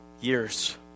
years